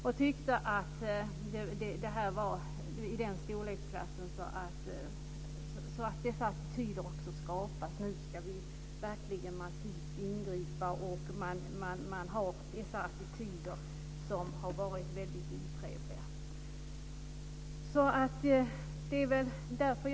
De tyckte att det här var i den storleksklassen att dessa attityder skapas att "nu ska vi verkligen ingripa massivt". Man har dessa attityder som har varit väldigt otrevliga.